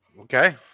okay